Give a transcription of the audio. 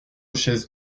chaises